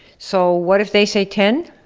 so, what if they say ten?